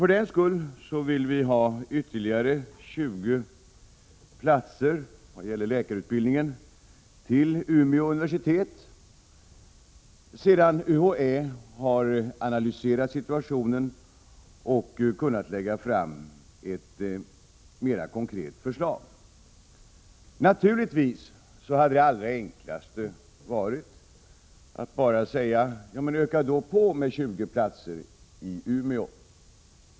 För den skull vill vi ha ytterligare 20 platser för läkarutbildning till Umeå universitet, sedan UHÄ har analyserat situationen och kunnat lägga fram ett mera konkret förslag. Det allra enklaste hade naturligtvis varit att säga: Ja, öka då på med 20 platser i Umeå.